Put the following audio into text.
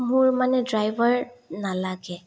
মোৰ মানে ড্ৰাইভাৰ নালাগে